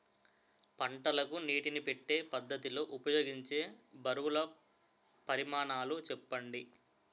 పంటలకు నీటినీ పెట్టే పద్ధతి లో ఉపయోగించే బరువుల పరిమాణాలు చెప్పండి?